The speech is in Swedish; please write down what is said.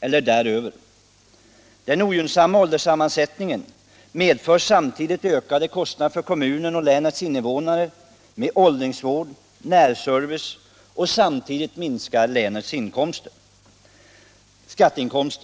eller mer. Den ogynnsamma ålderssammansättningen medför samtidigt ökade kostnader för kommunens och länets invånare genom åldringsvård och närservice. Samtidigt minskar länets skatteinkomster.